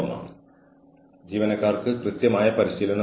phone അധിഷ്ഠിത തൊഴിലാളികൾ സ്ഥിരമായി ഓഫീസിൽ വരുക